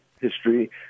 history